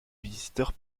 visiteurs